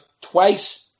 twice